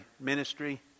ministry